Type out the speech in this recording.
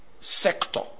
sector